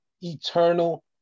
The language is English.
eternal